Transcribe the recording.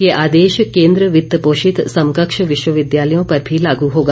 यह आदेश केन्द्र वित्त पोषित समकक्ष विश्वविद्यालयों पर भी लागू होगा